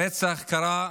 הרצח קרה,